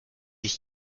ich